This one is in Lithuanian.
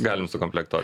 galim sukomplektuot